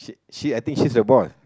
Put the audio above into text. she I think she's the boss